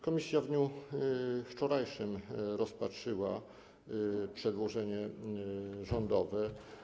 Komisja w dniu wczorajszym rozpatrzyła przedłożenie rządowe.